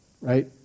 Right